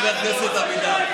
חבר הכנסת אבידר.